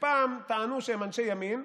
שפעם טענו שהם אנשי ימין,